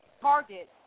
target